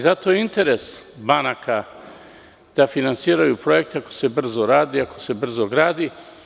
Zato i jeste interes banaka da finansiraju projekte ako se brzo radi i ako se brzo gradi.